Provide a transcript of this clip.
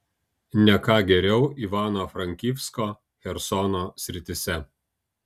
ne ką geriau ivano frankivsko chersono srityse